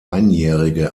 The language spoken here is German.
einjährige